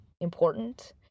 important